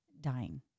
dying